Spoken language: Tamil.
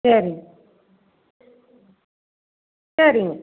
சரிங்க சரிங்க